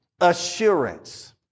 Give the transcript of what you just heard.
assurance